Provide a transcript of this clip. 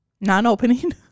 Non-opening